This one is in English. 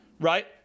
right